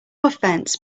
offense